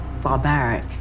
barbaric